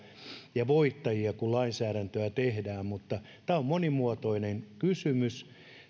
ja voittajia kun lainsäädäntöä tehdään mutta tämä on monimuotoinen kysymys